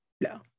No